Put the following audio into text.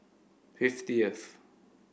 Fiftieth